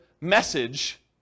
message